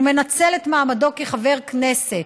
כשהוא מנצל את מעמדו כחבר כנסת.